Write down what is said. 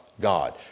God